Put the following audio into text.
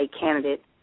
candidate